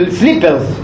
slippers